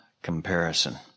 Comparison